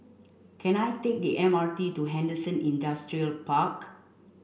can I take the M R T to Henderson Industrial Park